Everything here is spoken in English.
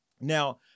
Now